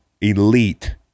elite